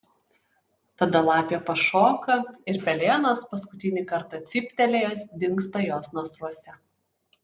tada lapė pašoka ir pelėnas paskutinį kartą cyptelėjęs dingsta jos nasruose